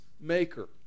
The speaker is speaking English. maker